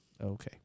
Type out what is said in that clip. Okay